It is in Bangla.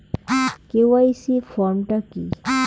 কে.ওয়াই.সি ফর্ম টা কি?